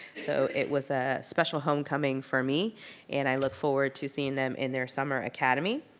so it was a special homecoming for me and i look forward to seeing them in their summer academy.